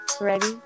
Ready